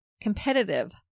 competitive